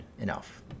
enough